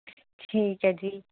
ਠੀਕ ਹੈ ਜੀ